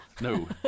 no